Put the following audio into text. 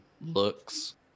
looks